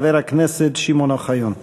חבר הכנסת שמעון אוחיון.